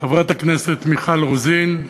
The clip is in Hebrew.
חברת הכנסת מיכל רוזין,